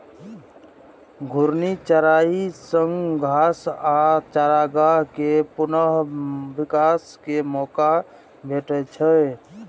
घूर्णी चराइ सं घास आ चारागाह कें पुनः विकास के मौका भेटै छै